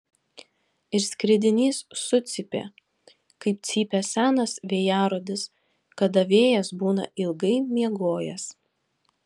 ir skridinys sucypė kaip cypia senas vėjarodis kada vėjas būna ilgai miegojęs